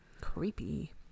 Creepy